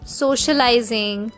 socializing